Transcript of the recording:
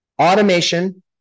Automation